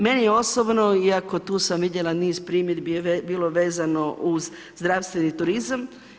Meni osobno iako tu sam vidjela niz primjedbi bilo vezano uz zdravstveni turizam.